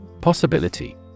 Possibility